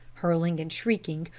hurling and shrieking,